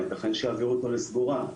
יתכן שיעבירו אותו לסגורה?